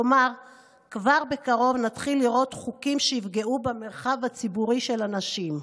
כלומר כבר בקרוב נתחיל לראות חוקים שיפגעו במרחב הציבורי של הנשים,